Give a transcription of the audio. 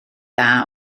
dda